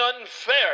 unfair